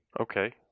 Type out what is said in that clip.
Okay